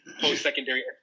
post-secondary